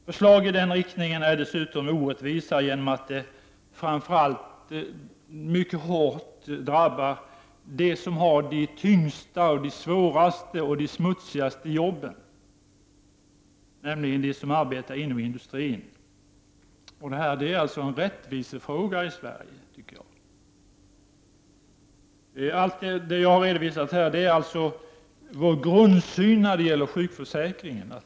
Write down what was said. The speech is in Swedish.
Förslag i den riktningen är dessutom orättvisa genom att de framför allt mycket hårt drabbar dem som har de tyngsta, de svåraste och de smutsigaste jobben, nämligen de som arbetar inom industrin. Detta är alltså en rättvisefråga i Sverige, tycker jag. Det jag har redovisat här är alltså vår grundsyn på sjukförsäkringen.